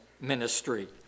ministry